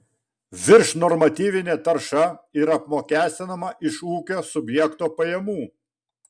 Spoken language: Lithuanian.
viršnormatyvinė tarša yra apmokestinama iš ūkio subjekto pajamų